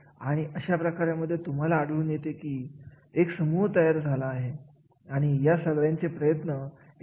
जेव्हा आपण औषधनिर्माण क्षेत्राविषयी बोलत असतो तेव्हा या क्षेत्रामध्ये संशोधन हे खूप महत्त्वाचे ठरत असते